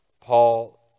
Paul